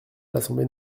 l’assemblée